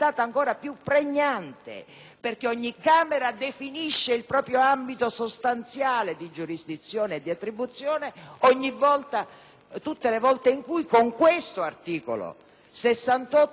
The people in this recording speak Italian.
perché ogni Camera definisce il proprio ambito sostanziale di giurisdizione e di attribuzione tutte le volte in cui, con questo articolo 68, viene a decidere.